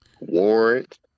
Warrant